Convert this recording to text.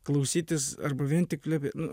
klausytis arba vien tik plepėt nu